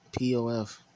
POF